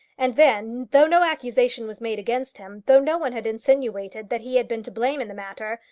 and then, though no accusation was made against him, though no one had insinuated that he had been to blame in the matter,